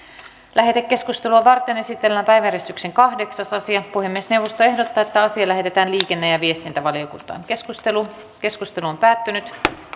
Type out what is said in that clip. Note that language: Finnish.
lähetekeskustelua varten esitellään päiväjärjestyksen kahdeksas asia puhemiesneuvosto ehdottaa että asia lähetetään liikenne ja viestintävaliokuntaan keskustelu keskustelu on päättynyt